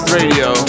radio